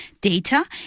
data